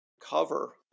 cover